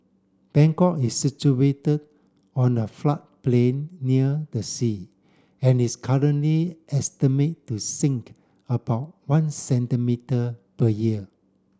Bangkok is situated on a floodplain near the sea and is currently estimated to sink about one centimetre per year